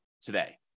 today